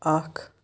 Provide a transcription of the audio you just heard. اکھ